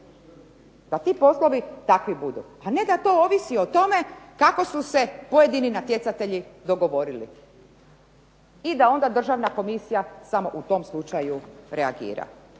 da ti poslovi takvi budu. A ne da to ovisi o tome kako su pojedini natjecatelji dogovorili i da onda državna komisija samo u tom slučaju reagira.